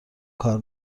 کار